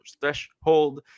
threshold